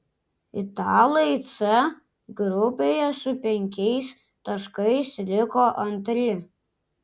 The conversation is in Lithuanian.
italai c grupėje su penkiais taškais liko antri